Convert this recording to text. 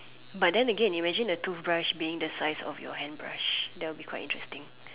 but then again imagine the toothbrush being the size of your hand brush that will be quite interesting